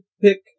pick